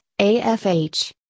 AFH